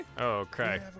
Okay